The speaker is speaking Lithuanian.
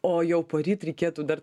o jau poryt reikėtų dar